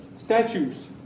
Statues